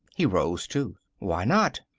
he rose, too. why not?